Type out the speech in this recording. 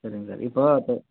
சரிங்க சார் இப்போது இப்போ